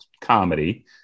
comedy